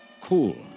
cool